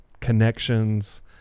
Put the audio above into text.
connections